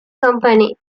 company